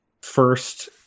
first